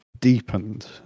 deepened